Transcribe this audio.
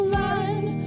line